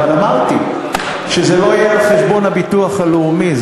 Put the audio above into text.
אבל אמרתי שזה לא יהיה על חשבון הביטוח הלאומי.